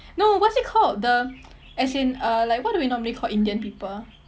no what's it called the as in uh like what do we normally call indian people